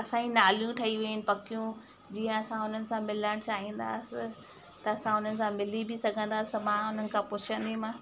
असांजी नालियूं ठही वियूं आहिनि पकियूं जीअं असां उन्हनि सां मिलण चाहींदासि त असां उन्हनि सां मिली बि सघंदासि त मां उन्हनि खां पुछंदीमान